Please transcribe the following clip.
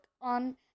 on